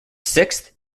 sixth